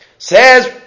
Says